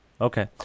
Okay